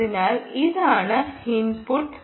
അതിനാൽ ഇതാണ് ഇൻപുട്ട്